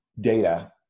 data